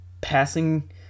passing